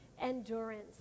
endurance